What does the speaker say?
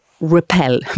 Repel